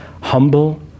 humble